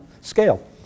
scale